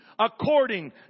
according